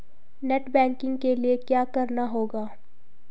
Net banking के लिए क्या करना होगा?